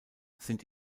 sind